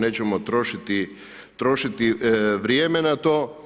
Nećemo trošiti vrijeme na to.